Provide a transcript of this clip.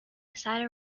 beside